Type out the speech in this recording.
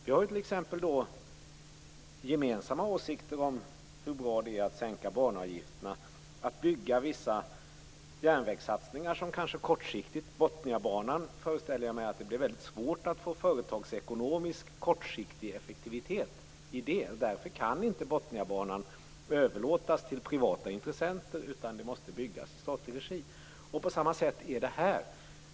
Vi har t.ex. gemensamma åsikter om hur man kan sänka banavgifterna och göra vissa järnvägssatsningar där det kanske kortsiktigt - jag föreställer mig att det är så med Botniabanan - blir väldigt svårt att få företagsekonomisk effektivitet. Därför kan inte Botniabanan överlåtas till privata intressenter utan måste byggas i statlig regi. På samma sätt är det här.